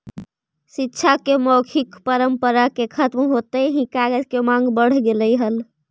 शिक्षा के मौखिक परम्परा के खत्म होइत ही कागज के माँग बढ़ गेलइ